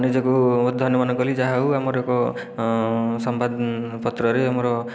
ନିଜକୁ ଧନ୍ୟ ମନେ କଲି ଯାହା ହେଉ ଆମର ଏକ ସମ୍ବାଦ ପତ୍ରରେ ଆମର